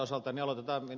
aloitetaan ed